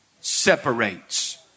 Separates